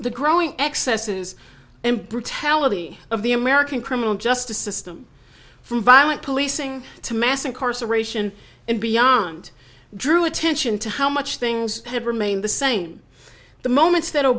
the growing excesses and brutality of the american criminal justice system from violent policing to mass incarceration and beyond drew attention to how much things have remained the same the moments